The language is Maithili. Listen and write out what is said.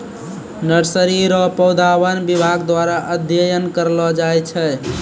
नर्सरी रो पौधा वन विभाग द्वारा अध्ययन करलो जाय छै